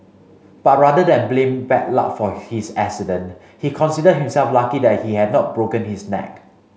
but rather than blame bad luck for his accident he considered himself lucky that he had not broken his neck